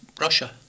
Russia